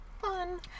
Fun